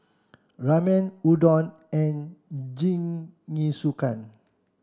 Ramen Udon and Jingisukan